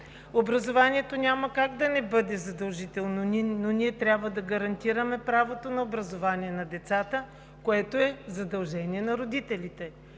Образованието няма как да не бъде задължително, но ние трябва да гарантираме правото на образование на децата, което е задължение на родителите.